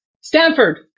Stanford